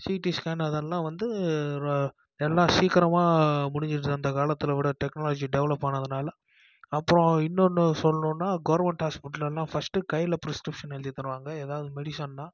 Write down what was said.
CD scan அதெல்லாம் வந்து எல்லாம் சீக்கிரமா முடிஞ்சுருது அந்த காலத்தை விட டெக்னாலஜி டெவலப் ஆனதனால் அப்புறம் இன்னொன்று சொல்லணுன்னா கவர்மெண்ட் ஹாஸ்பிட்டலில் என்ன ஃபஸ்ட்டு கையில் ப்ரிஸ்க்ரிப்ஷன் எழுதி தருவாங்க ஏதாவது மெடிசன்னால்